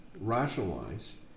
rationalize